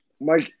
Mike